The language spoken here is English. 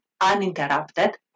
uninterrupted